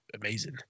amazing